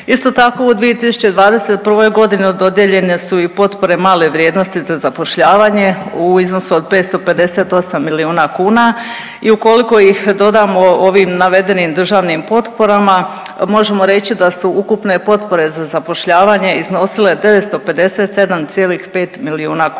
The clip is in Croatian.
Isto tako, u 2021. g. dodijeljene su i potpore male vrijednosti za zapošljavanje u iznosu od 558 milijuna kuna i ukoliko ih dodamo ovim navedenim državnim potporama, možemo reći da su ukupne potpore za zapošljavanje iznosile 957,5 milijuna kuna.